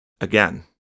Again